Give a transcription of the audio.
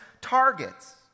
targets